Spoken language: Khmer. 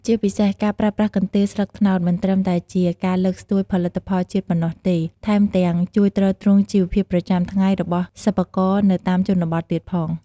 ជាពិសេស ការប្រើប្រាស់កន្ទេលស្លឹកត្នោត មិនត្រឹមតែជាការលើកស្ទួយផលិតផលជាតិប៉ុណ្ណោះទេ ថែមទាំងជួយទ្រទ្រង់ជីវភាពប្រចាំថ្ងៃរបស់សិប្បករនៅតាមជនបទទៀតផង។